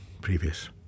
previous